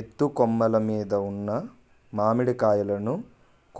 ఎత్తు కొమ్మలు మీద ఉన్న మామిడికాయలును